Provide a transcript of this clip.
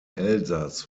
elsass